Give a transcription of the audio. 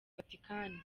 vatican